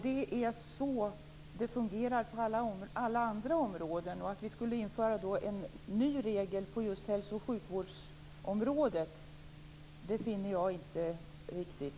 Det är så det fungerar på alla andra områden. Att vi skulle införa en ny regel på just hälso och sjukvårdsområdet finner jag inte vara riktigt.